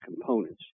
components